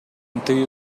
тыюу